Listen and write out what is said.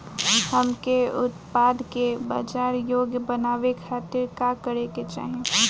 हमके उत्पाद के बाजार योग्य बनावे खातिर का करे के चाहीं?